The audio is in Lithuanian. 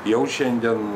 jau šiandien